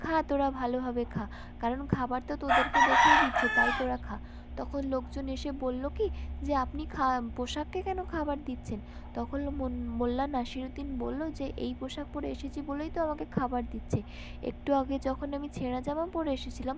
খা তোরা ভালোভাবে খা কারণ খাবার তো তোদেরকে দেখেই দিচ্ছে তাই তোরা খা তখন লোকজন এসে বলল কী যে আপনি খা পোশাককে কেন খাবার দিচ্ছেন তখন মোল্লা নাসিরুদ্দিন বলল যে এই পোশাক পরে এসেছি বলেই তো আমাকে খাবার দিচ্ছে একটু আগে যখন আমি ছেঁড়া জামা পরে এসেছিলাম